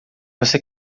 você